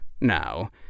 now